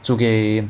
就给